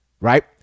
Right